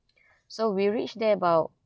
so we reach there about